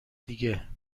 دیگه